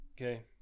Okay